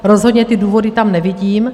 Rozhodně ty důvody tam nevidím.